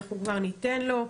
אנחנו כבר ניתן לו,